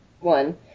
one